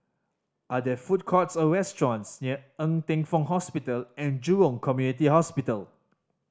are there food courts or restaurants near Ng Teng Fong Hospital And Jurong Community Hospital